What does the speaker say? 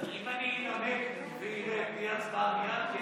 אם אני אנמק וארד, תהיה הצבעה מייד?